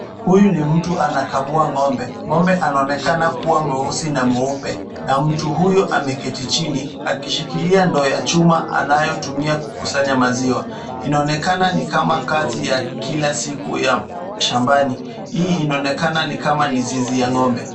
Huyu ni mtu anakamua ngombe, ng'ombe anaonekana kuwa mweusi na mweupe na mtu huyo ameketi chini akishikilia ndoo ya chuma anayotumia kukusanya maziwa .Inaonekana ni kama kazi ya kila siku ya shambani .Hii inaonekana ni kama ni zizi ya ng'ombe.